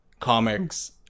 comics